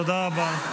תודה רבה.